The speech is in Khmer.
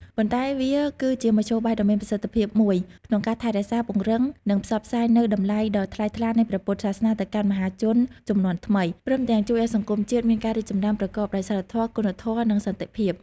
ប៉ុន្តែវាគឺជាមធ្យោបាយដ៏មានប្រសិទ្ធភាពមួយក្នុងការថែរក្សា ពង្រឹង និងផ្សព្វផ្សាយនូវតម្លៃដ៏ថ្លៃថ្លានៃព្រះពុទ្ធសាសនាទៅកាន់មហាជនជំនាន់ថ្មី ព្រមទាំងជួយឱ្យសង្គមជាតិមានការរីកចម្រើនប្រកបដោយសីលធម៌ គុណធម៌ និងសន្តិភាព។